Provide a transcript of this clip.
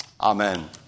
Amen